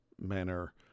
manner